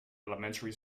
elementary